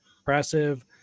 impressive